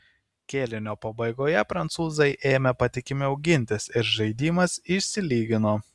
kėlinio pabaigoje prancūzai ėmė patikimiau gintis ir žaidimas išsilygino